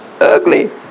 ugly